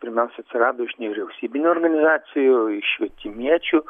pirmiausia atsirado iš nevyriausybinių organizacijų iš švietimiečių